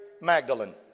Magdalene